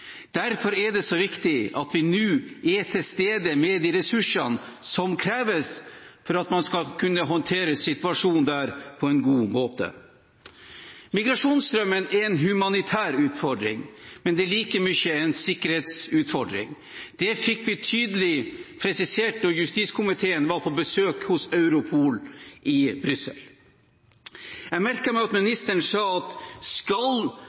Derfor er det viktig at vi nå er til stede med de ressursene som kreves for at man skal kunne håndtere situasjonen der på en god måte. Migrasjonsstrømmen er en humanitær utfordring, men det er like mye en sikkerhetsutfordring. Det fikk vi tydelig presisert da justiskomiteen var på besøk hos Europol i Brüssel. Jeg merket meg at ministeren sa at skal